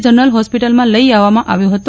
general હોસ્પિટલમાં લઇ આવવામાં આવ્યો હતો